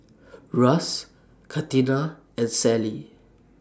Russ Catina and Sally